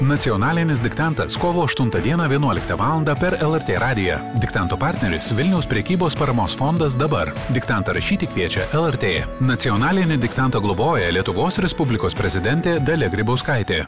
nacionalinis diktantas kovo aštuntą dieną vienuoliktą valandą per el ertė radiją diktanto partneris vilniaus prekybos paramos fondas dabar diktantą rašyti kviečia el er tė nacionalinį diktantą globoja lietuvos respublikos prezidentė dalia grybauskaitė